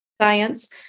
Science